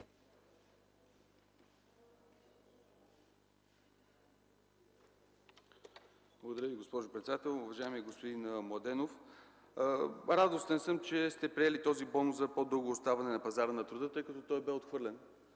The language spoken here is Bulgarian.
Благодаря Ви, госпожо председател. Уважаеми господин Младенов, радостен съм, че сте приели бонуса за по-дълго оставане на пазара на труда, тъй като той бе отхвърлен